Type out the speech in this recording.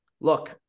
look